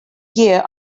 year